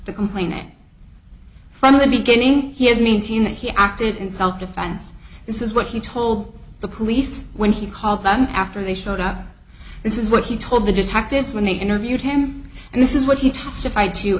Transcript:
the complainant from the beginning he has maintained he acted in self defense this is what he told the police when he called them after they showed up this is what he told the detectives when they interviewed him and this is what he testif